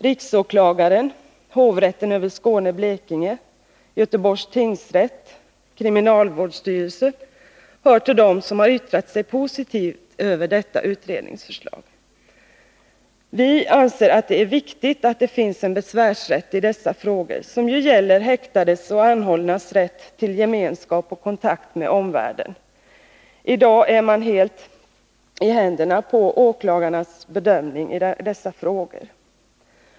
Riksåklagaren, hovrätten över Skåne och Blekinge, Göteborgs tingsrätt och kriminalvårdsstyrelsen hör till dem som har yttrat sig positivt över detta utredningsförslag. Vi anser att det är viktigt att det finns en besvärsrätt i dessa frågor, som ju gäller häktades och anhållnas rätt till gemenskap och kontakt med omvärlden. I dag är de helt i händerna på åklagarnas bedömning i dessa frågor.